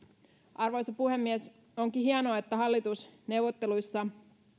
arvoisa puhemies onkin hienoa että hallitusneuvotteluissa